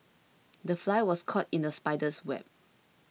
the fly was caught in the spider's web